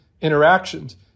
interactions